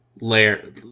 layer